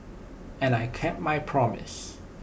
and I kept my promise